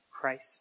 Christ